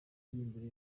imbere